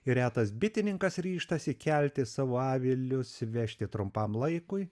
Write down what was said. ir retas bitininkas ryžtasi kelti savo avilius vežti trumpam laikui